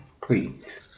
Please